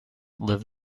lived